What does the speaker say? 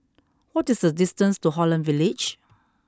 what is the distance to Holland Village